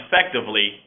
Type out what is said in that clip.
effectively